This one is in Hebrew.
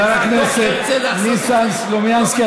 חבר הכנסת ניסן סלומינסקי,